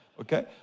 okay